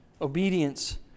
Obedience